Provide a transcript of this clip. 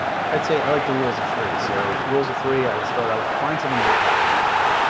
i'd say i like the rules of three. so, rules of three. i would start out with find something you're passionate about.